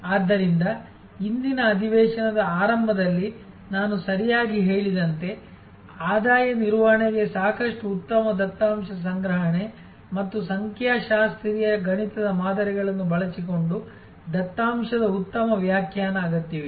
ಆದ್ದರಿಂದ ಇಂದಿನ ಅಧಿವೇಶನದ ಆರಂಭದಲ್ಲಿ ನಾನು ಸರಿಯಾಗಿ ಹೇಳಿದಂತೆ ಆದಾಯ ನಿರ್ವಹಣೆಗೆ ಸಾಕಷ್ಟು ಉತ್ತಮ ದತ್ತಾಂಶ ಸಂಗ್ರಹಣೆ ಮತ್ತು ಸಂಖ್ಯಾಶಾಸ್ತ್ರೀಯ ಗಣಿತದ ಮಾದರಿಗಳನ್ನು ಬಳಸಿಕೊಂಡು ದತ್ತಾಂಶದ ಉತ್ತಮ ವ್ಯಾಖ್ಯಾನ ಅಗತ್ಯವಿದೆ